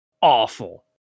awful